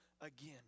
again